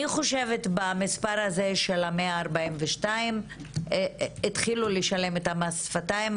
לדעתי, במספר 142 התחילו לשלם את מס השפתיים.